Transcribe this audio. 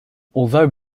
although